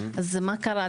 מה קרה?